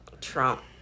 Trump